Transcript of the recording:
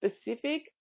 specific